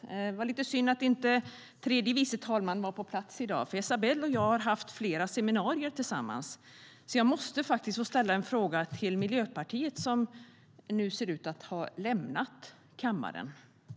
Det är synd att tredje vice talmannen inte är på plats i dag, för Esabelle Dingizian och jag har haft flera seminarier tillsammans. Jag måste ställa en fråga till Miljöpartiets ledamot, som nu ser ut att ha lämnat kammaren.